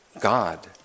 God